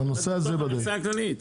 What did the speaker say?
במכסה הכללית.